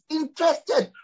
interested